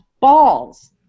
balls